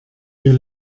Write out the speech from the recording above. wir